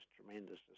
tremendous